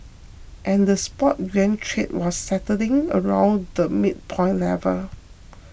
and the spot yuan trade was settling around the midpoint level